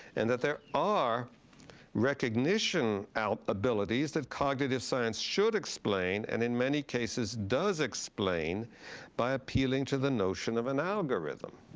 and that there are recognition out abilities that cognitive science should explain, and in many cases, does explain by appealing to the notion of an algorithm.